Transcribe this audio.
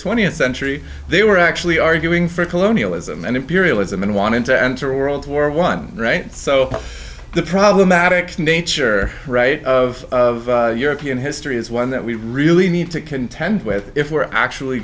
twentieth century they were actually arguing for colonialism and imperialism and wanting to enter world war one right so the problematic nature right of of european history is one that we really we need to contend with if we're actually